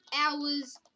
hours